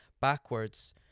backwards